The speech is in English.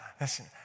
Listen